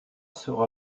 sera